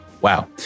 Wow